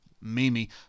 Mimi